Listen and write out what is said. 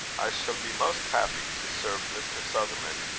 i shall be most happy to serve mr. sutherland,